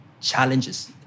challenges